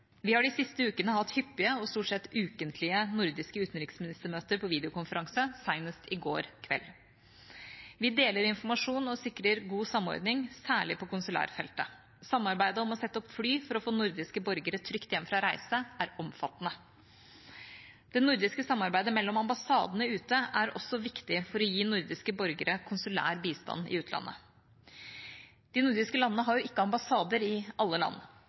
Vi har de siste ukene hatt hyppige og stort sett ukentlige nordiske utenriksministermøter på videokonferanse, senest i går kveld. Vi deler informasjon og sikrer god samordning, særlig på konsulærfeltet. Samarbeidet om å sette opp fly for å få nordiske borgere trygt hjem fra reise er omfattende. Det nordiske samarbeidet mellom ambassadene ute er også viktig for å gi nordiske borgere konsulær bistand i utlandet. De nordiske landene har ikke ambassader i alle land.